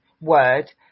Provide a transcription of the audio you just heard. word